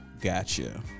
gotcha